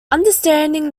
understanding